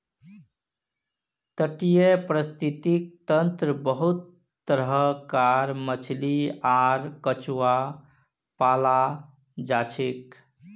तटीय परिस्थितिक तंत्रत बहुत तरह कार मछली आर कछुआ पाल जाछेक